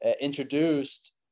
introduced